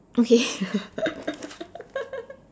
okay